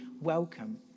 welcome